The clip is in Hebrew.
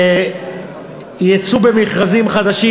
שיצאו במכרזים חדשים,